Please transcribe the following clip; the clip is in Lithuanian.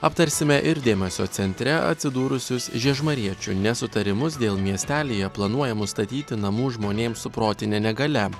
aptarsime ir dėmesio centre atsidūrusius žiežmariečių nesutarimus dėl miestelyje planuojamų statyti namų žmonėm su protine negalia